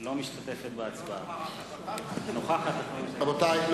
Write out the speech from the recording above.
אינה משתתפת בהצבעה האם יש אנשים שלא